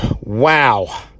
Wow